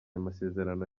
amasezerano